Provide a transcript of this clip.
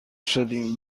شدیم